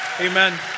Amen